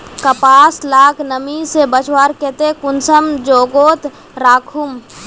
कपास लाक नमी से बचवार केते कुंसम जोगोत राखुम?